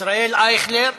ישראל אייכלר,